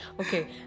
Okay